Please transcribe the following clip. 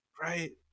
right